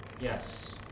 Yes